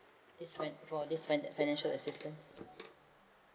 it's whe~ for for this financial assistance